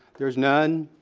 there's none.